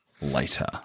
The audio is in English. Later